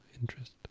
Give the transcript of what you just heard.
interest